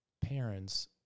parents